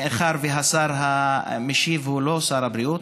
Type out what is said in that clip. מאחר שהשר המשיב הוא לא שר הבריאות,